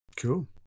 Cool